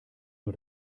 nur